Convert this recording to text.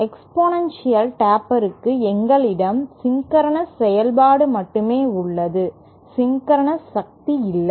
exponential டேப்பருக்கு எங்களிடம் synchronous செயல்பாடு மட்டுமே உள்ளது சின்கரனஸ் சக்தி இல்லை